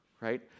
right